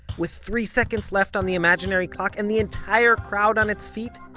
with three seconds left on the imaginary clock, and the entire crowd on its feet,